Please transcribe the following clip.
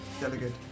Delegate